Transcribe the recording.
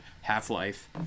half-life